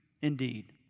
indeed